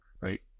right